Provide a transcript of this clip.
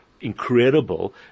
incredible